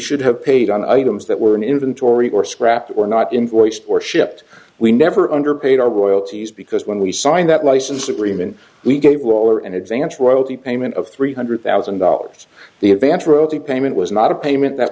should have paid on items that were in inventory or scrapped or not employed or shipped we never under paid our royalties because when we signed that license agreement we get will or an advanced royalty payment of three hundred thousand dollars the advance wrote the payment was not a payment that